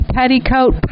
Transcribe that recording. Petticoat